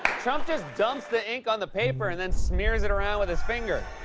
trump just dumps the ink on the paper and then smears it around with his finger.